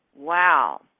Wow